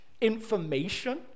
information